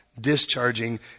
discharging